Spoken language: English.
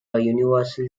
universal